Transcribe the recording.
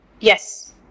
Yes